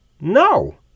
no